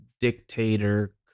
dictator